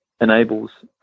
enables